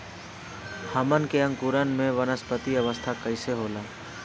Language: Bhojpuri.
हमन के अंकुरण में वानस्पतिक अवस्था कइसे होला?